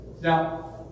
Now